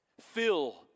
Fill